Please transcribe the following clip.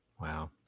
Wow